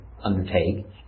undertake